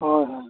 ᱦᱳᱭ ᱦᱳᱭ